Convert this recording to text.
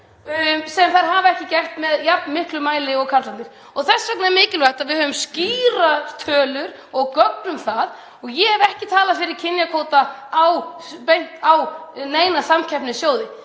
sem þær hafa ekki gert í jafn miklum mæli og karlarnir. Þess vegna er mikilvægt að við höfum skýrar tölur og gögn um það. Ég hef ekki talað fyrir kynjakvóta í neinum samkeppnissjóðum